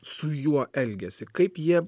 su juo elgiasi kaip jie